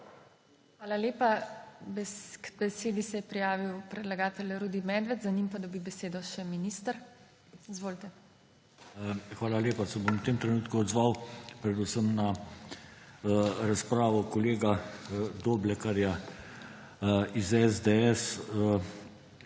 Hvala lepa. K besedi se je prijavil predlagatelj Rudi Medved, za njim pa dobi besedo še minister. Izvolite. **RUDI MEDVED (PS LMŠ):** Hvala lepa. Se bom v tem trenutku odzval predvsem na razpravo kolega Doblekarja iz SDS.